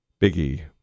Biggie